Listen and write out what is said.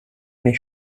nicht